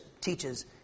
teaches